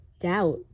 doubt